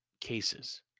cases